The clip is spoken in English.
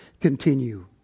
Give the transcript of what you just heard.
continue